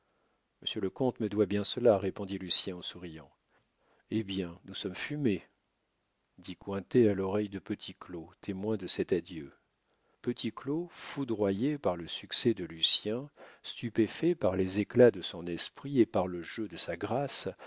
monsieur le comte me doit bien cela répondit lucien en souriant eh bien nous sommes fumés dit cointet à l'oreille de petit claud témoin de cet adieu petit claud foudroyé par le succès de lucien stupéfait par les éclats de son esprit et par le jeu de sa grâce